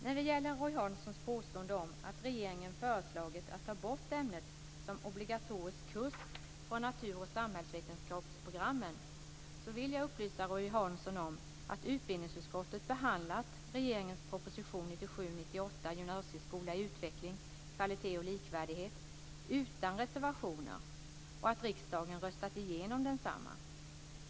När det gäller Roy Hanssons påstående om att regeringen föreslagit att ta bort ämnet som obligatorisk kurs från natur och samhällsvetenskapsprogrammen vill jag upplysa Roy Hansson om att utbildningsutskottet behandlat regeringens proposition 1997/98:169 Gymnasieskola i utveckling - kvalitet och likvärdighet utan reservationer och att riksdagen röstat igenom densamma.